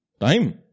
Time